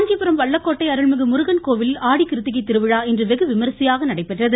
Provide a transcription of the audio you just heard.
காஞ்சிபுரம் வல்லகோட்டை அருள்மிகு முருகன் கோவிலில் ஆடி கிருத்திகை திருவிழா இன்று வெகுவிமர்சையாக நடைபெற்றது